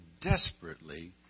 desperately